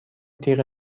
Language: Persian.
تیغ